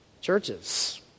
Churches